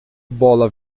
bola